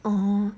oh